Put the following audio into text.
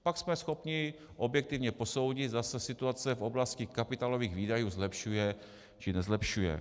Pak jsme schopni objektivně posoudit, zda se situace v oblasti kapitálových výdajů zlepšuje, či nezlepšuje.